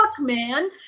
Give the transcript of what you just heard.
man